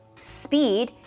speed